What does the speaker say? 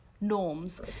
norms